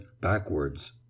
backwards